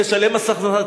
לשלם מס הכנסה,